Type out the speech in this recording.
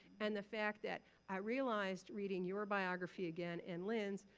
and the fact that i realized reading your biography again and lynn's,